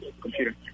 computer